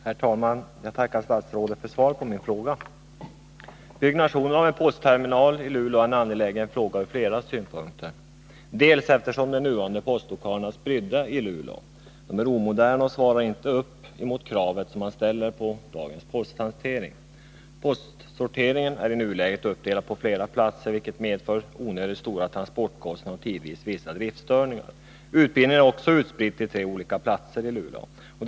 Herr talman! Jag tackar statsrådet för svaret på min fråga. Byggandet av en ny postterminal i Luleå är en angelägen fråga ur flera synpunkter, eftersom de nuvarande postlokalerna är spridda i Luleå, är omoderna och därmed inte svarar mot de krav man ställer på dagens posthantering. Postsorteringen är i nuläget uppdelad på flera platser i Luleå, vilket medför onödigt stora transportkostnader och tidvis vissa driftstörningar. Utbildningen är utspridd till tre olika platser i Luleå.